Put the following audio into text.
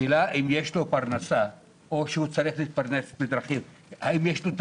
השאלה אם יש לו פרנסה או שהוא צריך להתפרנס בדרכים האם יש לו השכלה?